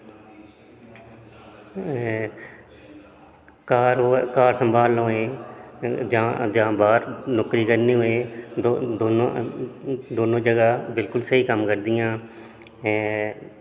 एह् घर होऐ घर संभालना होऐ जां जां बाह्र नौकरी करनी होऐ दो दोनो दोनो जगह बिलकुल स्हेई कम्म करदियां